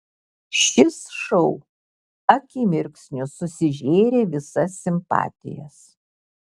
šis šou akimirksniu susižėrė visas simpatijas